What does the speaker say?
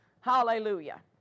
hallelujah